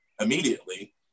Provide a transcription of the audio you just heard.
immediately